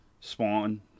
spawn